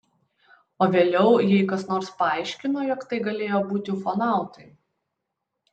o vėliau jai kas nors paaiškino jog tai galėjo būti ufonautai